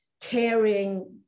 caring